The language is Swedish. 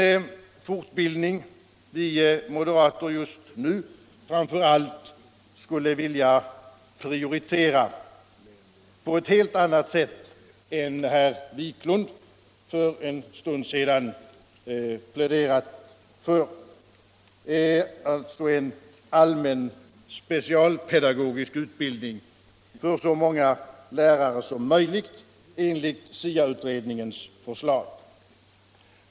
Den fortbildning vi moderater just nu framför allt skulle vilja prioritera, på ett helt annat sätt än herr Wiklund för en stund sedan pläderade för, är alltså en allmän specialpedagogisk utbildning för så många lärare som möjligt, enligt SIA-utredningens förslag.